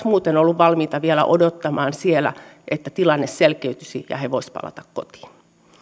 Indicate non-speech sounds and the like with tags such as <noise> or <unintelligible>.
<unintelligible> muuten olleet valmiita vielä odottamaan siellä että tilanne selkeytyisi ja he voisivat palata kotiin